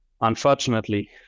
unfortunately